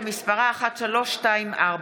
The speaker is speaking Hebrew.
שמספרה מ/1324.